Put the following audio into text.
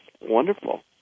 wonderful